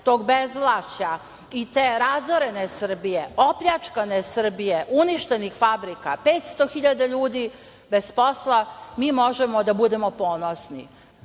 tog bezvlašća i te razorene Srbije, opljačkane Srbije, uništenih fabrika, 500 hiljada ljudi bez posla, mi možemo da budemo ponosni. Ono